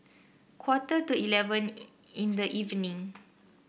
quarter to eleven in the evening